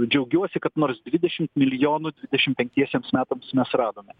džiaugiuosi kad nors dvidešimt milijonų dvidešimt penktiesiems metams mes radome